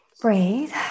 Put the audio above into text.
Breathe